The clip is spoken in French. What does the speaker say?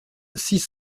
six